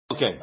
Okay